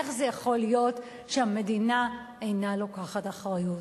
איך זה יכול להיות שהמדינה אינה לוקחת אחריות?